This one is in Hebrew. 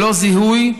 ללא זיהוי,